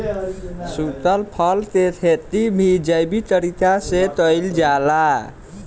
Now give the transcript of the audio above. सुखल फल के खेती भी जैविक तरीका से कईल जाला